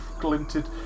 glinted